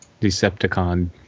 Decepticon